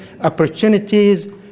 opportunities